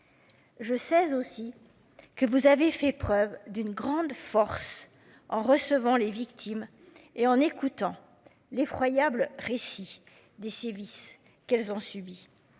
Je sais aussi que vous avez fait preuve d'une grande force en recevant les victimes et en écoutant l'effroyable récit des sévices qu'elles ont subi.